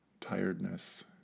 tiredness